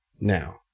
now